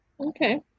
okay